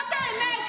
נעמה,